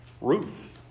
Ruth